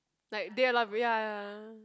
like they alive ya ya ya